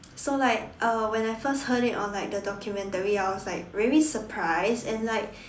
so like uh when I first heard it on the documentary I was like very surprised and like